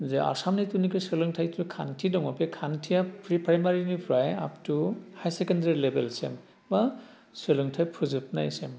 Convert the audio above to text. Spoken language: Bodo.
जा आसामनि थुनाखि सोलोंथाइ जिथु खान्थि दङ बे खान्थिया प्रि प्राइमारिनिफ्राय आप टु हाइ सेकेण्डारि लेभेलसिम बा सोलोंथाइ फोजोबनायसिम